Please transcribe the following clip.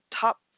top